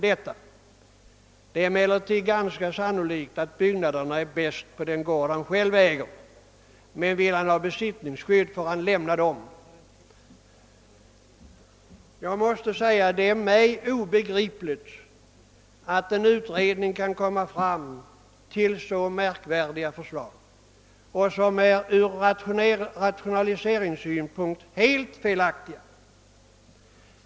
Det är emellertid ganska sannolikt att byggnaderna är bäst på den gård han själv äger, men vill han ha besittningsskydd får han lämna den. Det är mig obegripligt att en utredning kan komma fram till så märkvärdiga förslag som från rationaliseringssynpunkt är så helt felaktiga.